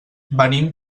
venim